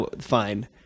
fine